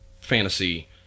fantasy